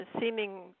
seeming